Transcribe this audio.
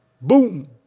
Boom